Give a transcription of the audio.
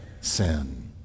sin